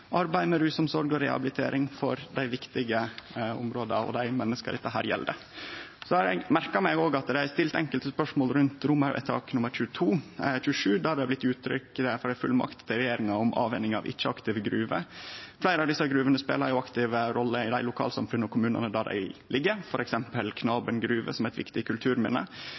med rusomsorg og rehabilitering for dei viktige områda og dei menneska dette gjeld. Eg har òg merka meg at det er stilt enkelte spørsmål rundt forslag til vedtak XXVII i innstillinga, der ein gjev uttrykk for ei fullmakt til regjeringa om avhending av ikkje-aktive gruver. Fleire av desse gruvene speler ei aktiv rolle i dei lokalsamfunna og kommunane dei ligg, f.eks. Knaben gruver, som er eit viktig kulturminne.